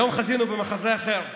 היום חזינו במחזה אחר,